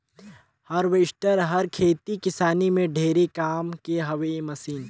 harvester हर खेती किसानी में ढेरे काम के मसीन हवे